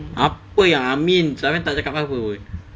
apa yang amin safian tak cakap apa pun